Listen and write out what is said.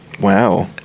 wow